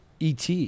ET